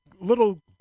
little